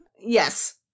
Yes